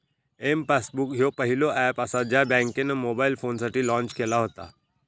M passbook ह्यो पहिलो app असा ज्या बँकेन मोबाईल फोनसाठी लॉन्च केला व्हता